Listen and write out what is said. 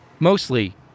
Mostly